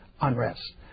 unrest